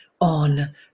on